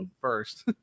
first